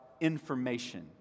information